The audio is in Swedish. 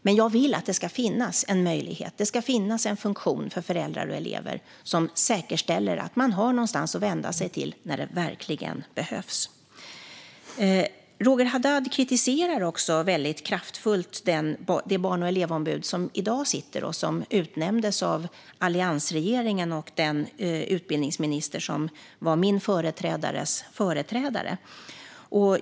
Men jag vill att det ska finnas en möjlighet för föräldrar och elever, en funktion som säkerställer att man har någonstans att vända sig när det verkligen behövs. Roger Haddad kritiserar också väldigt kraftfullt det barn och elevombud som i dag sitter och som utnämndes av alliansregeringen och den utbildningsminister som var min företrädares företrädare.